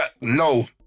No